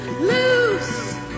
loose